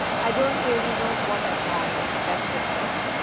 i do not really know what i pong like? that is the trouble.